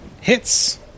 Hits